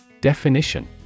Definition